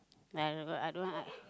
ya I I don't want I